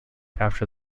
after